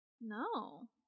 No